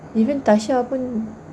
even tasha pun